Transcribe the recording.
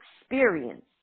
experience